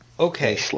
Okay